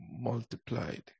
multiplied